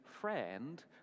friend